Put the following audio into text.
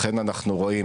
לכן אנחנו רואים